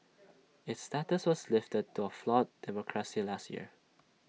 its status was lifted to A flawed democracy last year